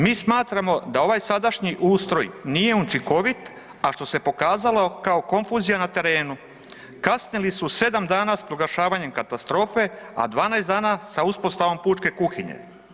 Mi smatramo da ovaj sadašnji ustroj nije učinkovit, a što se pokazalo kao konfuzija na terenu, kasnili su 7 dana s proglašavanjem katastrofe, a 12 dana sa uspostavom pučke kuhinje.